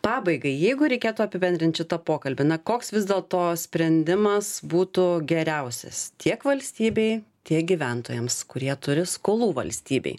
pabaigai jeigu reikėtų apibendrint šitą pokalbį na koks vis dėlto sprendimas būtų geriausias tiek valstybei tiek gyventojams kurie turi skolų valstybei